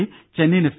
C Chennaiyin F